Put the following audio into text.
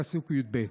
פסוק י"ב.